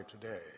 today